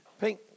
Pink